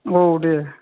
औ दे